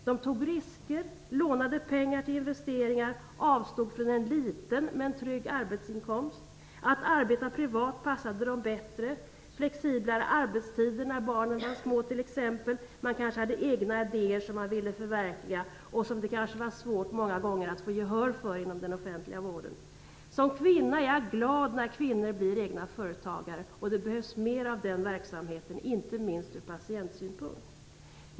De tog risker, lånade pengar till investeringar och avstod från en liten men trygg arbetsinkomst. Att arbeta privat passade dem bättre. De fick t.ex. flexiblare arbetstider när barnen var små. De hade kanske egna idéer som de ville förverkliga. Det var kanske många gånger svårt att få gehör för dem inom den offentliga vården. Som kvinna är jag glad när kvinnor blir egna företagare. Det behövs mer av sådan verksamhet, inte minst ur patientsynpunkt.